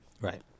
Right